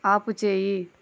ఆపుచేయి